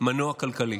מנוע כלכלי,